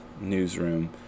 newsroom